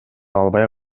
албай